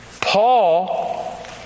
Paul